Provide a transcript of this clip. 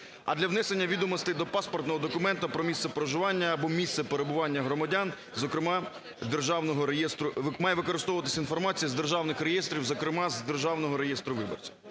А для внесення відомостей до паспортного документу про місце проживання або місця перебування громадян має використовуватися інформація з державних реєстрів, зокрема з державного реєстру виборців.